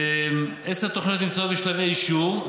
עשר תוכניות נמצאות בשלבי אישור,